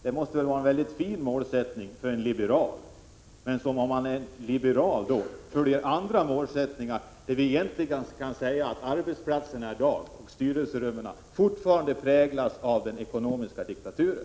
Det måste väl vara mycket fina mål för en liberal. Men om man är liberal, då följer andra målsättningar. Vi kan egentligen säga att arbetsplatserna och styrelserummen i dag fortfarande präglas av den ekonomiska diktaturen.